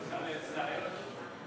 אפשר להצטרף?